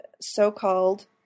so-called